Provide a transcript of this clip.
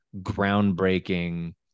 groundbreaking